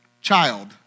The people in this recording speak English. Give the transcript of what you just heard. child